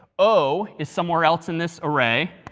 o is somewhere else in this array,